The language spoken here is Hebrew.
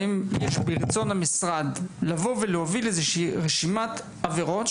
והאם ברצון המשרד לבוא ולהוביל איזו רשימת עבירות?